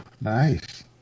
nice